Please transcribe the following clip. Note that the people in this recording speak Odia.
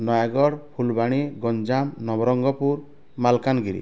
ନୟାଗଡ଼ ଫୁଲବାଣୀ ଗଞ୍ଜାମ ନବରଙ୍ଗପୁର ମାଲକାନଗିରି